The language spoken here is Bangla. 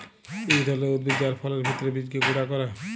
ইক ধরলের উদ্ভিদ যার ফলের ভিত্রের বীজকে গুঁড়া ক্যরে